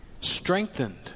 Strengthened